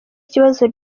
kibazo